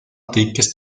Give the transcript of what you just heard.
antikes